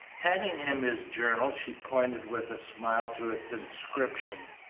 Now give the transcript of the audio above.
handing him his journal she pointed with a smile to its inscription.